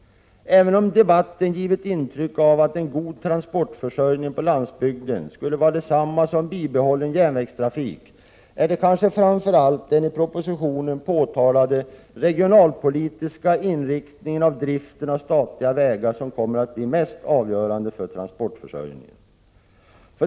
Även om debatten givit intryck av att god transportförsörjning på landsbygden skulle vara detsamma som bibehållen järnvägstrafik, är det kanske framför allt den i propositionen angivna regionalpolitiska inriktningen av driften av statliga vägar som kommer att bli avgörande för transportförsörjningen.